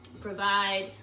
provide